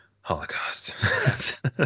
Holocaust